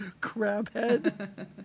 Crabhead